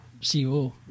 CEO